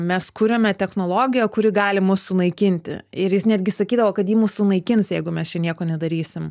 mes kuriame technologiją kuri gali mus sunaikinti ir jis netgi sakydavo kad ji mus sunaikins jeigu mes čia nieko nedarysim